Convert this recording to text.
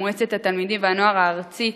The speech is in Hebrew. מועצת התלמידים והנוער הארצית,